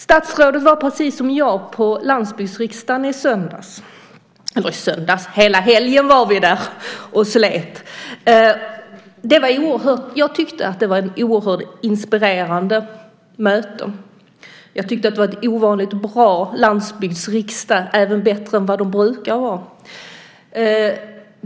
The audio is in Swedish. Statsrådet var precis som jag på Landsbygdsriksdagen. Hela helgen var vi där och slet. Det var, tycker jag, ett oerhört inspirerande möte. Det var en ovanligt bra landsbygdsriksdag - bättre än landsbygdsriksdagar brukar vara.